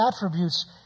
attributes